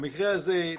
במקרה הזה,